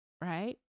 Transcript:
right